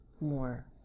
more